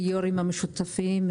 יו"רים המשותפים,